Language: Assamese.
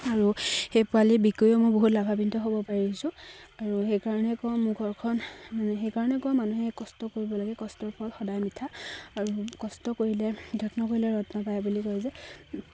আৰু সেই পোৱালি বিকিও মই বহুত লাভাৱিত হ'ব পাৰিছোঁ আৰু সেইকাৰণে কওঁ মোৰ ঘৰখন মানে সেইকাৰণে কওঁ মানুহে কষ্ট কৰিব লাগে কষ্টৰ ফল সদায় মিঠা আৰু কষ্ট কৰিলে যি যত্ন কৰিলে ৰত্ন পায় বুলি কয় যে